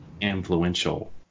influential